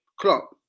clock